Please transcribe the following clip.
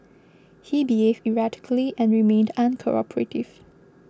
he behaved erratically and remained uncooperative